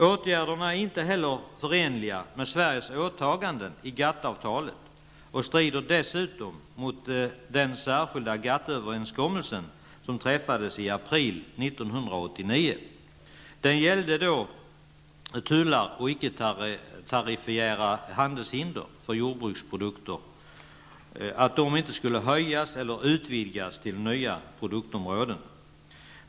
Åtgärderna är heller inte förenliga med Sveriges åtaganden enligt GATT-avtalet och strider dessutom mot den särskilda GATT Överenskommelsen innebar att tullar och icketariffiära handelshinder för jordbruksprodukter inte skulle höjas eller utvidgas till att omfatta nya produktområden.